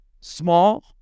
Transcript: Small